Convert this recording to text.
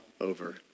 over